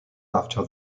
after